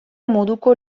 moduko